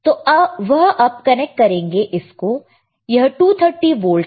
तो वह अब कनेक्ट करेंगे इसको यह 230 वोल्ट है